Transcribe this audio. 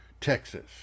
Texas